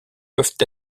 peuvent